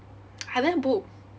I haven't book